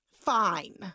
fine